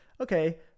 okay